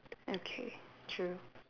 okay true